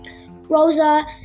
Rosa